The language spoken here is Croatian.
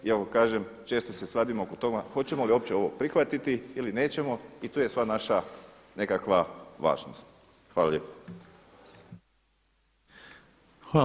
Iako kažem često se svadimo oko toga hoćemo li uopće ovo prihvatiti ili nećemo i tu je sva naša nekakva važnost.